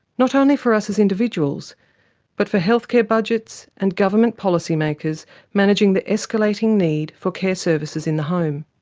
not only for us as individuals but for healthcare budgets and government policy makers managing the escalating need for care services in the home.